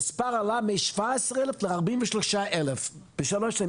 המספר עלה מ-17,000 ל-43,000 בשלוש שנים.